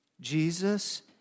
Jesus